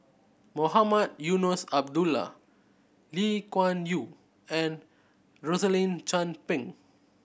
Mohamed Eunos Abdullah Lee Kuan Yew and Rosaline Chan Pang